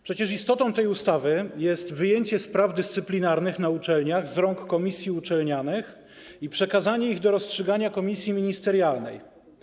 Przecież istotą tej ustawy jest wyjęcie spraw dyscyplinarnych na uczelniach z rąk komisji uczelnianych i przekazanie ich do rozstrzygania komisji ministerialnej.